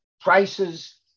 prices